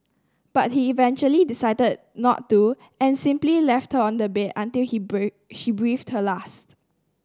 but he eventually decided not to and simply left her on the bed until he she breathed her last